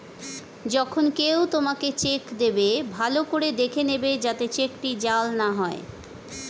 যখন কেউ তোমাকে চেক দেবে, ভালো করে দেখে নেবে যাতে চেকটি জাল না হয়